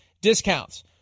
discounts